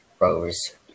Rovers